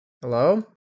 Hello